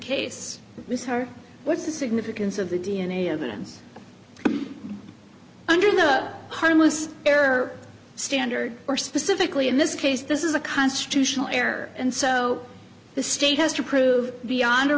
case with her what's the significance of the d n a evidence under the harmless error standard or specifically in this case this is a constitutional error and so the state has to prove beyond a